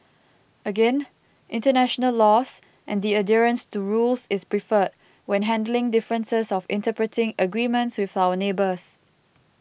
again international laws and the adherence to rules is preferred when handling differences of interpreting agreements with our neighbours